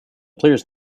players